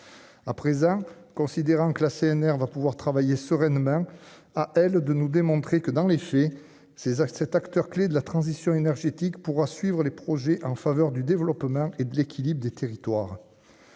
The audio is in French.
à présent, considérant que la CNR va pouvoir travailler sereinement à elle de nous démontrer que, dans les faits, ces actes, cet acteur clé de la transition énergétique pourra suivre les projets en faveur du développement et de l'équilibre des territoires